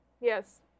Yes